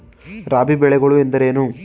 ರಾಬಿ ಬೆಳೆಗಳು ಎಂದರೇನು?